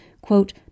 quote